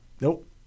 Nope